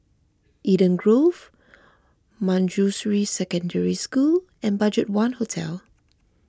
Eden Grove Manjusri Secondary School and Budgetone Hotel